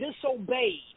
disobeyed